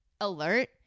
alert